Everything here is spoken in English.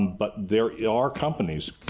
but there are companies,